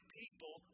people